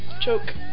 choke